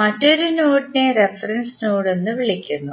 മറ്റൊരു നോഡിനേ reference node എന്ന് വിളിക്കുന്നു